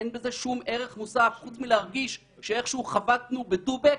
אין בזה שום ערך מוסף חוץ מלהרגיש שאיכשהו חבטנו ב"דובק".